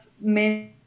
men